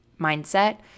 mindset